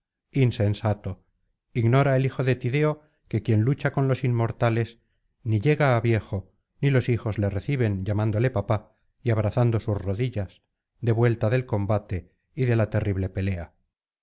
insensato ignora el hijo de tideo que quien lucha con los inmortales ni llega á viejo ni los hijos le reciben llamándole papá y abrazando sus rodillas de vuelta del combate y de la terrible pelea